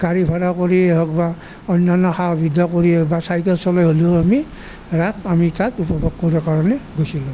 গাড়ী ভাড়া কৰিয়েই হওক বা অন্যান্য সা সুবিধা কৰিয়ে বা চাইকেল চলাই হ'লিও আমি ৰাস আমি তাত উপভোগ কৰাৰ কাৰণে গৈছিলোঁ